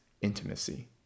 intimacy